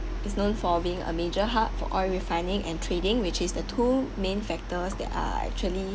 is known for being a major hub for oil refining and trading which is the two main factors that are actually